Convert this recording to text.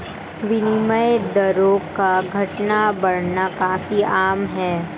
विनिमय दरों का घटना बढ़ना काफी आम है